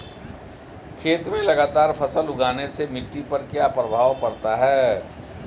खेत में लगातार फसल उगाने से मिट्टी पर क्या प्रभाव पड़ता है?